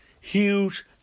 huge